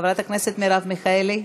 חברת הכנסת מרב מיכאלי,